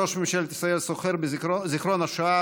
ראש ממשלת ישראל סוחר בזיכרון השואה